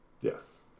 Yes